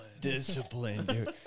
Discipline